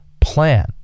plan